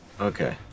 okay